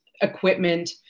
equipment